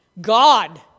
God